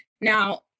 Now